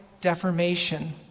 deformation